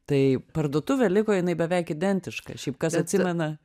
tai parduotuvė liko jinai beveik identiška šiaip kas atsimena